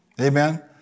Amen